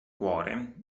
cuore